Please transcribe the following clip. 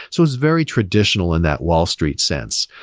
so was very traditional in that wall street sense.